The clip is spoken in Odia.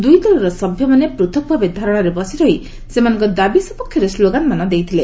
ଦୁଇଦଳର ସଭ୍ୟମାନେ ପୃଥକ୍ ଭାବେ ଧାରଣାରେ ବସିରହି ସେମାନଙ୍କ ଦାବି ସପକ୍ଷରେ ସ୍ଲୋଗାନମାନ ଦେଇଥିଲେ